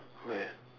where